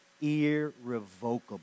irrevocable